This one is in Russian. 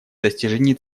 достижении